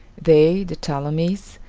they, the ptolemies,